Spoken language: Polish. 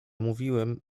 mówiłem